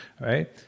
right